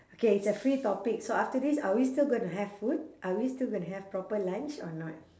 K it's a free topic so after this are we still gonna have food are we still gonna have proper lunch or not